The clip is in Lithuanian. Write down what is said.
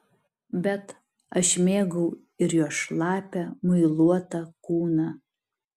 bet aš mėgau ir jos šlapią muiluotą kūną